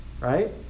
right